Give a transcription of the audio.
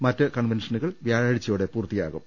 മറ്റു കൺവെൻഷനുകൾ വ്യാഴാഴ്ചയോടെ പൂർത്തിയാ കും